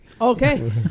Okay